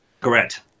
Correct